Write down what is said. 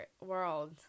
world